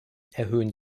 erhöhen